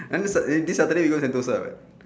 understand is this saturday you go sentosa right